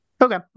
okay